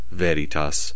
veritas